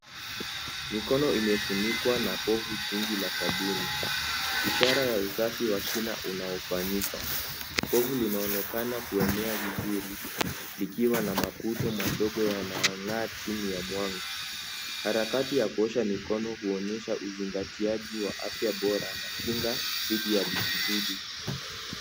Mikono imefunikwa na povu jingi la sabuni, ishara ya usafi wa kina unaofanyika, povu linaonekana kuenea vizuri, likiwa na maputo madogo yanayong'aa chini ya mwanga, harakati ya kuosha mikono huonyesha uzingatiaji wa afya bora na kinga dhidi ya vijidudu.